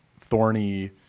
thorny